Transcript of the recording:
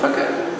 חכה.